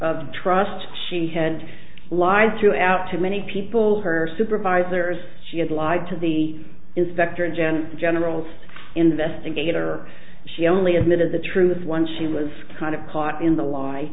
of trust she had lied throughout to many people her supervisors she had lied to the inspector general the general's investigator she only admitted the truth once she was kind of caught in the lie